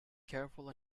careful